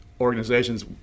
organizations